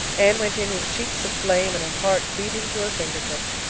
anne went in with cheeks of flame and her heart beating to her fingertips.